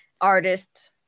artist